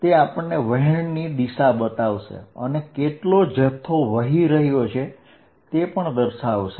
તે આપણને વહેણ ની દિશા બતાવશે અને કેટલો જથ્થો વહી રહ્યો છે તે પણ દર્શાવશે